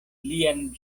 lian